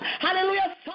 hallelujah